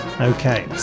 Okay